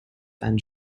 and